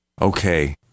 okay